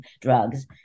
drugs